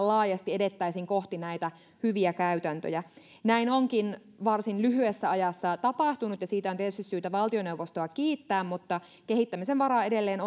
laajasti edettäisiin kohti näitä hyviä käytäntöjä näin onkin varsin lyhyessä ajassa tapahtunut ja siitä on tietysti syytä valtioneuvostoa kiittää mutta kehittämisen varaa edelleen